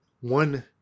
one